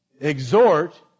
Exhort